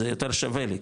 זה יותר שווה לי,